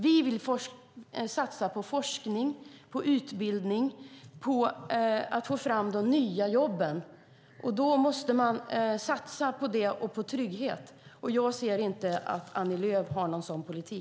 Vi vill satsa på forskning, på utbildning och på att få fram de nya jobben. Då måste man också satsa på trygghet. Jag ser inte att Annie Lööf har någon sådan politik.